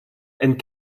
and